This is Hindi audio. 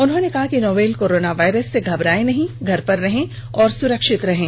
उन्होंने कहा कि नोवेल कोरोना वायरस से घबरायें नहीं घर पर रहें और सुरक्षित रहें